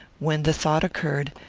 when the thought occurred,